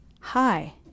hi